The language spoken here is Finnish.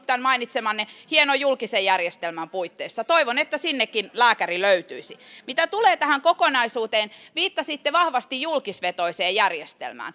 tämän mainitsemanne hienon julkisen järjestelmän puitteissa toivon että sinnekin lääkäri löytyisi mitä tulee tähän kokonaisuuteen viittasitte vahvasti julkisvetoiseen järjestelmään